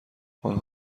انها